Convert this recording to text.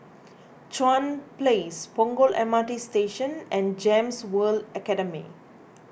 Chuan Place Punggol M R T Station and Gems World Academy